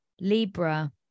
libra